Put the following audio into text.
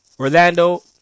Orlando